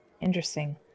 interesting